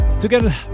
Together